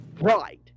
Right